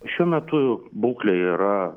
šiuo metu būklė yra